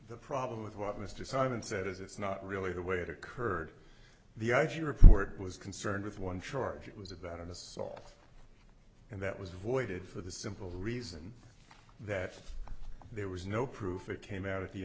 the problem with what mr simon said is it's not really the way it occurred the i g report was concerned with one charge it was about an assault and that was avoided for the simple reason that there was no proof it came out